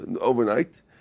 overnight